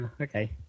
okay